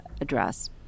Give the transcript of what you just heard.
address